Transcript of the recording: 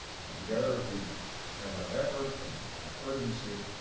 and together, if we have enough effort and enough urgency,